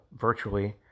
virtually